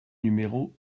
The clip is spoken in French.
numéro